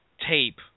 tape